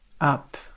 up